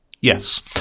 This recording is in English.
Yes